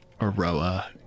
Aroa